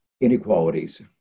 inequalities